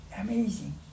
Amazing